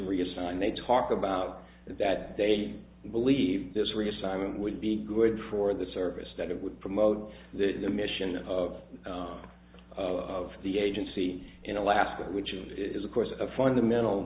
reassign they talk about that they believe there's a reassignment would be good for the service that it would promote the mission of of the agency in alaska which is of course a fundamental